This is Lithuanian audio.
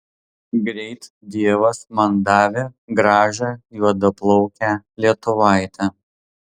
greit dievas man davė gražią juodaplaukę lietuvaitę